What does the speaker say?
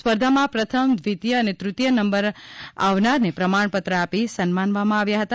સ્પર્ધામાં પ્રથમ દ્વિતિય અને ત્રતિય નંબર આવનારને પ્રમાણપત્ર આપી સન્માનવામાં આવ્યા હતા